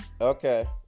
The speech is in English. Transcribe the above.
Okay